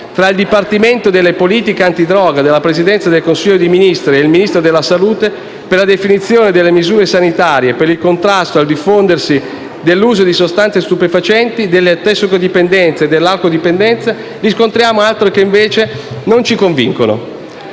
tra il Dipartimento delle politiche antidroga della Presidenza del Consiglio dei ministri e il Ministero della salute per la definizione delle misure sanitarie per il contrasto al diffondersi dell'uso di sostanze stupefacenti, delle tossicodipendenze e delle alcoldipendenze - ne contiene altre che invece non ci convincono.